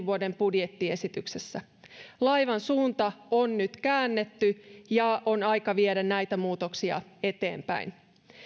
vuoden budjettiesityksessä laivan suunta on nyt käännetty ja on aika viedä näitä muutoksia eteenpäin